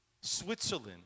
Switzerland